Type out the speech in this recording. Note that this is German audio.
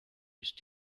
ist